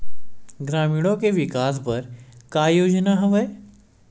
ग्रामीणों के विकास बर का योजना हवय?